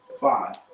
Five